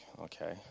okay